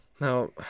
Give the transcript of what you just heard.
Now